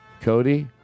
Cody